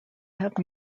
have